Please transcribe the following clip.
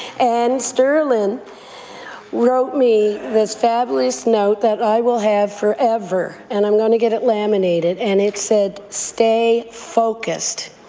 and sterling and wrote me this fabulous note that i will have forever, and i'm going to get it laminated. and it said, stay focused.